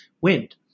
wind